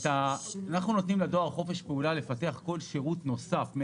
אנחנו נותנים לדואר חופש פעולה לפתח כל שירות נוסף.